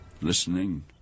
listening